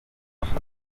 benshi